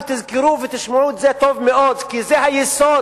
ותזכרו ותשמעו את זה טוב מאוד כי זה היסוד,